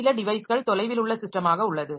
சில டிவைஸ்கள் தொலைவில் உள்ள ஸிஸ்டமாக உள்ளது